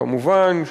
כמובן,